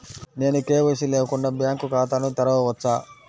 నేను కే.వై.సి లేకుండా బ్యాంక్ ఖాతాను తెరవవచ్చా?